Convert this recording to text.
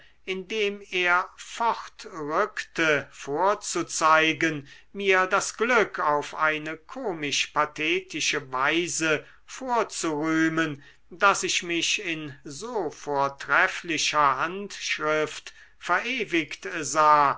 indem er fortrückte vorzuzeigen mir das glück auf eine komisch pathetische weise vorzurühmen daß ich mich in so vortrefflicher handschrift verewigt sah